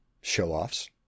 Show-offs